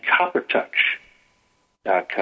CopperTouch.com